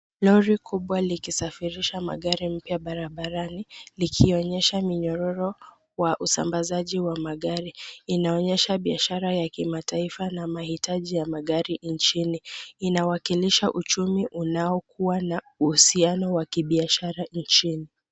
Lori kubwa likisafirisha magari mpya barabarani likionyesha minyororo wa usambazaji wa magari, inaonyesha biashara ya kimataifa na mahitaji ya magari nchini, inawakilisha uchumi unaokuwa na uhusiano wa kibiashara nchini.